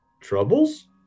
troubles